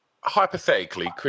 hypothetically